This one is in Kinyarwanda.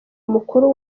mukuru